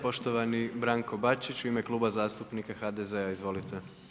Poštovani Branko Bačić u ime Kluba zastupnika HDZ-a, izvolite.